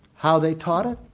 how they taught it,